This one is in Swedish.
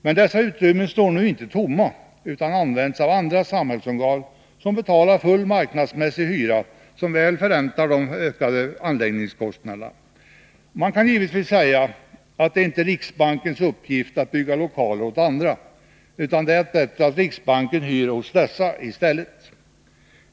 Men dessa utrymmen står inte tomma utan används av andra samhällsorgan, som betalar full marknadsmässig hyra, som väl förräntar de ökade anläggningskostnaderna. Man kan givetvis säga att det inte är riksbankens uppgift att bygga lokaler åt andra, utan att det är bättre att riksbanken hyr hos dessa i stället.